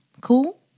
Cool